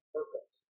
purpose